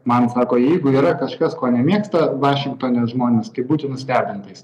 man sako jeigu yra kažkas ko nemėgsta vašingtone žmonės kaip būti nustebintais